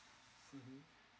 mmhmm